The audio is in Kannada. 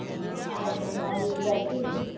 ಹ್ಞೂ ಆಯ್ತು ರೀ ನಾವು ಈಗ ಬರ್ತೀವಿ ರೀ